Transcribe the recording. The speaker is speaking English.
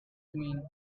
mean